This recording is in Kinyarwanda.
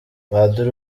padiri